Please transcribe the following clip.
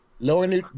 Lower